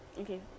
Okay